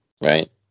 Right